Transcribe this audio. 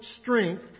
strength